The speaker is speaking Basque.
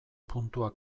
puntua